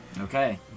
Okay